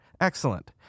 Excellent